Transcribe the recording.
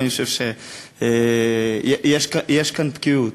ואני חושב שיש כאן תקיעות.